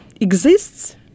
exists